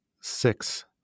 six